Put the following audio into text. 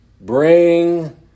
bring